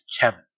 Kevin